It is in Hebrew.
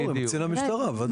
קצין המשטרה, בוודאי.